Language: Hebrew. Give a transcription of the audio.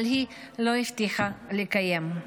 אבל היא לא הבטיחה לקיים.